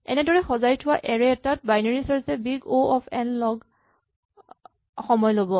একেদৰেই সজাই থোৱা এৰে এটাত বাইনেৰী চাৰ্ছ এ big O of log n সময় ল'ব